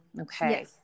Okay